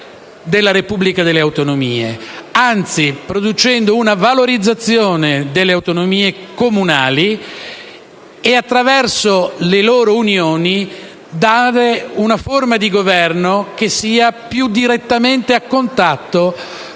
Repubblica delle autonomie; anzi, producendo una valorizzazione delle autonomie comunali e, attraverso le loro unioni, dando una forma di governo che sia più direttamente a contatto con i cittadini